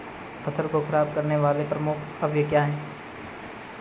फसल को खराब करने वाले प्रमुख अवयव क्या है?